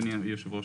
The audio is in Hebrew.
אדוני היושב ראש,